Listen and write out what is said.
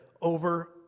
over